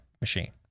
machine